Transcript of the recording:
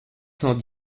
cent